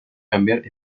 cambiar